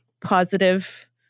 positive